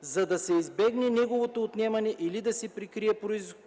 за да се избегне неговото отнемане или да се прикрие